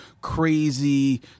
crazy